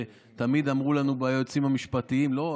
מה שתמיד אמרו לנו היועצים המשפטיים: לא,